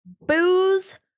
Booze